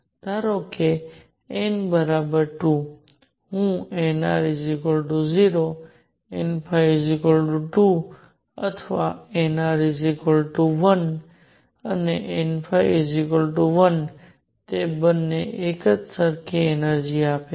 ધારો કે n બરાબર 2 હું nr0 n2 અથવા nr1 અને n1 તે બંને એક સરખી એનર્જિ આપે છે